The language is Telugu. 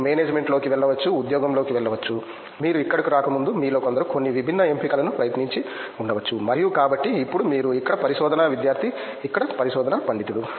మీరు మేనేజ్మెంట్ లోకి వెళ్ళవచ్చు ఉద్యోగంలోకి వెళ్ళవచ్చు మీరు ఇక్కడకు రాకముందు మీలో కొందరు కొన్ని విభిన్న ఎంపికలను ప్రయత్నించి ఉండవచ్చు మరియు కాబట్టి ఇప్పుడు మీరు ఇక్కడ పరిశోధనా విద్యార్థి ఇక్కడ పరిశోధనా పండితుడు